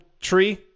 tree